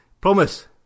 Promise